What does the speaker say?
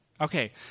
Okay